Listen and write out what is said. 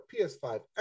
PS5